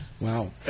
Wow